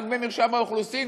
רק במרשם האוכלוסין,